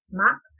map